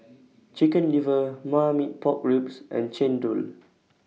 Chicken Liver Marmite Pork Ribs and Chendol